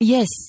Yes